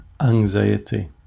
anxiety